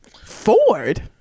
Ford